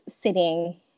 sitting